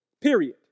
Period